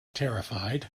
terrified